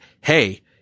hey